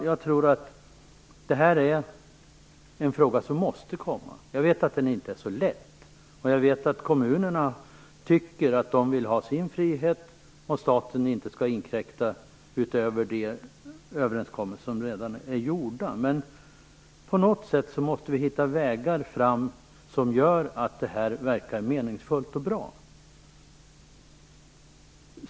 Jag tror att det här är en fråga som måste komma. Jag vet att den inte är så lätt. Kommunerna vill ha sin frihet och tycker att staten inte skall inkräkta utöver de överenskommelser som redan är gjorda. Men på något sätt måste vi hitta vägar som gör att det här verkar meningsfullt och bra.